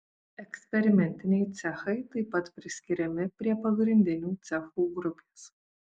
eksperimentiniai cechai taip pat priskiriami prie pagrindinių cechų grupės